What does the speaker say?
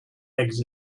eggs